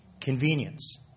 Convenience